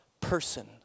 person